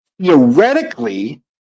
theoretically